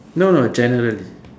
no no generally